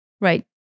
Right